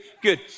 good